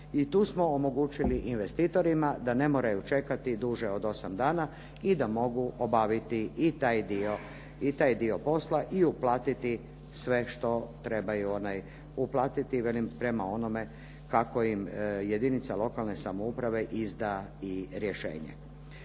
i tu smo omogućili investitorima da ne moraju čekati duže od 8 dana i da mogu obaviti i taj dio posla i uplatiti sve što trebaju, uplatiti velim prema onome kako im jedinica lokalne samouprave izda i rješenje.